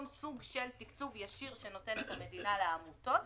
סוג של תקצוב ישיר שנותנת המדינה לעמותות.